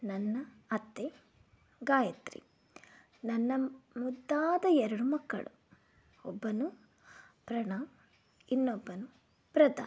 ನನ್ನ ಅತ್ತೆ ಗಾಯತ್ರಿ ನನ್ನ ಮುದ್ದಾದ ಎರಡು ಮಕ್ಕಳು ಒಬ್ಬ ಪ್ರಣಮ್ ಇನ್ನೊಬ್ಬ ಪ್ರಧಾನ್